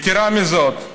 יתרה מזאת,